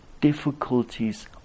difficulties